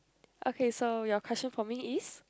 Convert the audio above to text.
okay so your question for me is